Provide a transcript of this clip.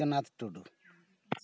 Bodhyanath Tudu